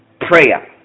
Prayer